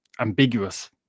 ambiguous